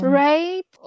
right